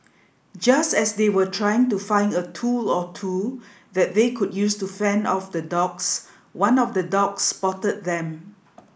just as they were trying to find a tool or two that they could use to fend off the dogs one of the dogs spotted them